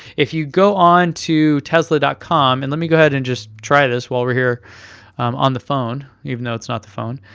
if you go onto tesla com, and let me go ahead and just try this while we're here on the phone, even though it's not the phone.